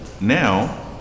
Now